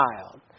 child